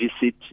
visit